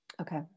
okay